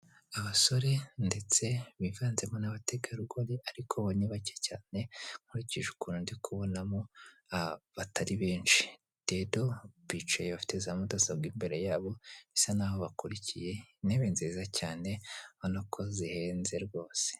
Abasore ndetse bivanzemo n'abategarugori ariko bo ni bake cyane nkurikije ukuntu ndibonamo batari benshi, rero bicaye bafite za mudasobwa imbere yabo bisa n'aho bakurikiye, intebe nziza cyane ubonako zihenze rwose.